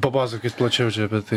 papasakokit plačiau apie tai